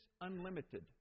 unlimited